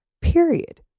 period